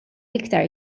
iktar